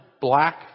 black